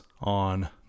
on